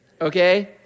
okay